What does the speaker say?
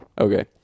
Okay